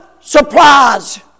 surprise